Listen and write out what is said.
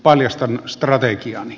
paljastan strategiani